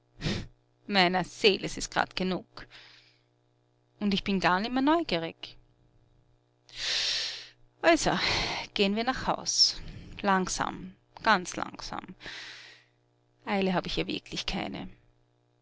meiner seel es ist grad genug und ich bin gar nimmer neugierig also geh'n wir nach haus langsam ganz langsam eile hab ich ja wirklich keine